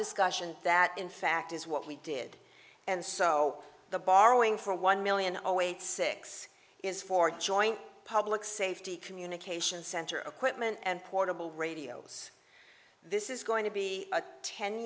discussion that in fact is what we did and so the borrowing for one million or wait six is for joint public safety communications center of quitman and portable radios this is going to be a ten